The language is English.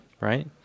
right